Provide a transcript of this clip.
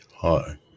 Hi